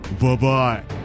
Bye-bye